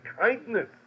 kindness